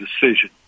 decision